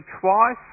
twice